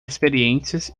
experiências